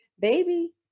baby